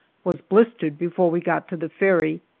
was blistered before we got to the ferry.